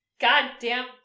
Goddamn